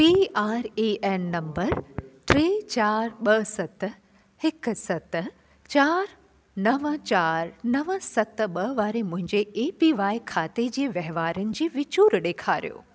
P R A N number टे चारि ॿ सत हिकु सत चारि नव चारि नव सत ॿ वारे मुंहिंजे ए पी वाए खाते जे वहिंवारनि जी विचूर ॾेखारियो